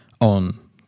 on